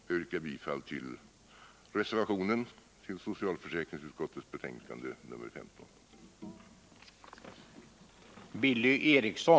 Jag yrkar bifall till reservationen vid socialförsäkringsutskottets betänkande nr 15.